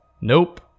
Nope